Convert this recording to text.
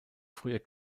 früher